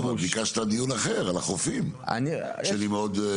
לא, ביקשת דיון אחר, על החופים, שאני מאוד בעד.